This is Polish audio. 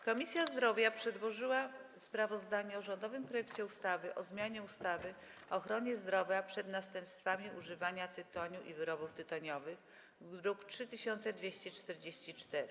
Komisja Zdrowia przedłożyła sprawozdanie o rządowym projekcie ustawy o zmianie ustawy o ochronie zdrowia przed następstwami używania tytoniu i wyrobów tytoniowych, druk nr 3244.